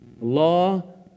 law